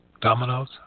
dominoes